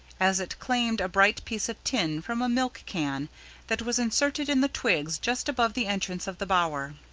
as it claimed a bright piece of tin from a milk-can that was inserted in the twigs just above the entrance of the bower.